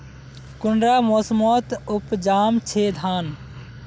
कुंडा मोसमोत उपजाम छै धान?